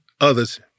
others